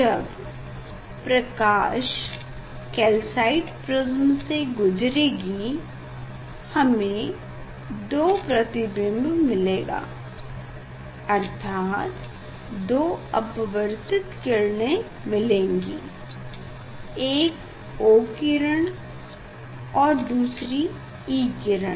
जब प्रकाश calcite prism से गुजारेगी हमें 2 प्रतिबिंब मिलेगा अर्थात 2 अपवर्तित किरणें मिलेंगी एक O किरण और दूसरी E किरण